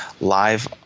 live